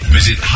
Visit